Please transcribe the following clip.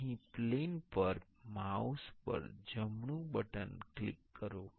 અહીં પ્લેન પર માઉસ પર જમણુ બટન ક્લિક કરો